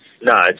No